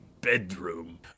bedroom